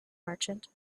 merchant